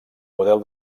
model